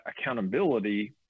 accountability